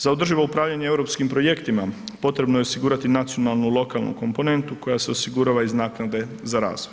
Za održivo upravljanje europskim projektima potrebno je osigurati nacionalnu, lokalnu komponentu koja se osigurava iz naknade za razvoj.